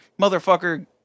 motherfucker